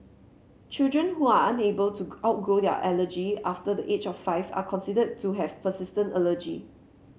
children who are unable to outgrow their allergy after the age of five are considered to have persistent allergy